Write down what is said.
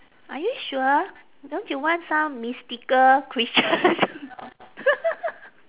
are you sure don't you want some mystical creatures